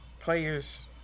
players